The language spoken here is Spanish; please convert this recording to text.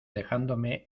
dejándome